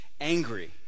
angry